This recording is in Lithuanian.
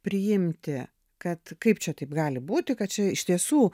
priimti kad kaip čia taip gali būti kad čia iš tiesų